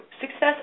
success